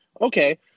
Okay